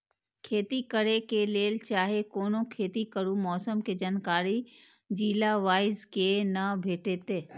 खेती करे के लेल चाहै कोनो खेती करू मौसम के जानकारी जिला वाईज के ना भेटेत?